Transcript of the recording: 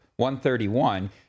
131